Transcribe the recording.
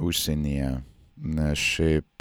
užsienyje nes šiaip